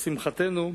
לשמחתנו,